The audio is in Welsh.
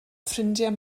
ffrindiau